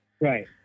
Right